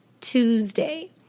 Tuesday